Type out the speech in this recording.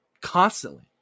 constantly